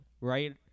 right